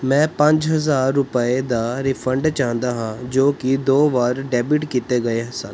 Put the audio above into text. ਮੈਂ ਪੰਜ ਹਜ਼ਾਰ ਰੁਪਏ ਦਾ ਰਿਫੰਡ ਚਾਹੁੰਦਾ ਹਾਂ ਜੋ ਕਿ ਦੋ ਵਾਰ ਡੈਬਿਟ ਕੀਤੇ ਗਏ ਸਨ